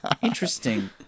Interesting